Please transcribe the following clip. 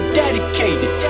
dedicated